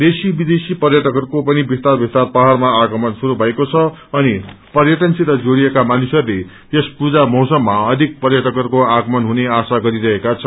देशी विदेशी पर्यटकहरूको पनि विस्तार विस्तार पहाडमा आगमन शुरू भएको छ अनि पर्यटनसित जाड़िएका मानिसहरूले यस पूजा मौसममा अधिक पर्यटकहरूको आगमन हुने आशा गरिरहेका छन्